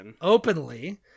openly